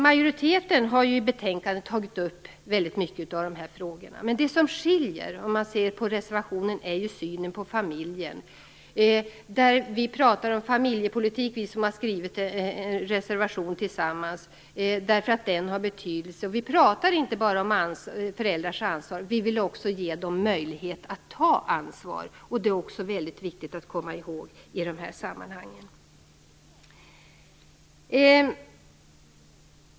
Majoriteten har i betänkandet tagit upp många av de här frågorna. Det som är skillnaden, när man ser på reservatiorna, är synen på familjen. Vi som har skrivit en reservation tillsammans pratar om familjepolitik, därför att den har betydelse. Vi pratar inte bara om föräldrars ansvar, vi vill också ge dem möjlighet att ta ansvar. Det är mycket viktigt att komma ihåg i de här sammanhangen.